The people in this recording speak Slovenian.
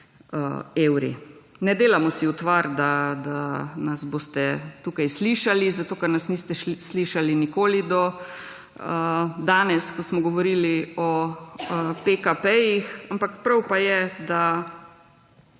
evri. Ne delamo si utvar, da nas boste tukaj slišali, zato ker nas niste slišali nikoli do danes, ko smo govorili o PKP, ampak prav pa je, da